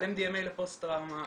על MDMA לפוסט טראומה,